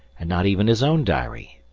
and not even his own diary,